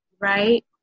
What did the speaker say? right